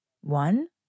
one